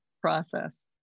process